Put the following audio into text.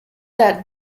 that